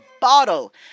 bottle